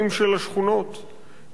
יש שם הזנחה, יש שם הפקרות.